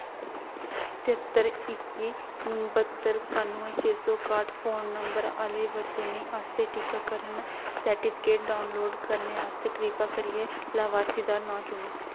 तेहत्तर इक्की बत्तर कानुए छे सौ काट फोन नंबर आह्ले बरतूनी आस्तै टीकाकरण सर्टिफिकेट डाउनलोड करने आस्तै कृपा करियै लाभार्थी दा नांऽ चुनो